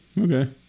Okay